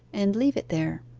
and leave it there.